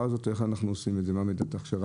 הזאת איך אנחנו עושים את זה מה מידת ההכשרה?